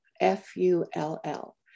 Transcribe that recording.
F-U-L-L